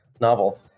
novel